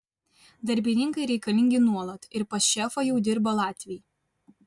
darbininkai reikalingi nuolat ir pas šefą jau dirba latviai